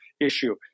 issue